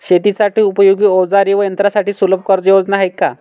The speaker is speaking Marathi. शेतीसाठी उपयोगी औजारे व यंत्रासाठी सुलभ कर्जयोजना आहेत का?